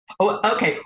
Okay